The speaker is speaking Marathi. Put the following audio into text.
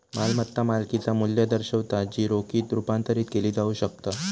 मालमत्ता मालकिचा मू्ल्य दर्शवता जी रोखीत रुपांतरित केली जाऊ शकता